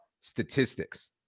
statistics